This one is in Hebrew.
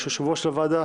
יש יושב-ראש לוועדה,